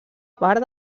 part